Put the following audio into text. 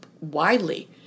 widely